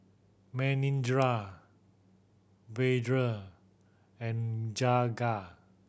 Manindra Vedre and Jagat